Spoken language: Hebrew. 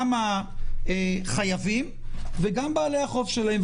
גם החייבים וגם בעלי החוב שלהם.